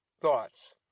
thoughts